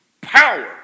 Power